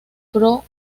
pro